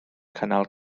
cynnal